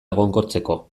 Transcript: egonkortzeko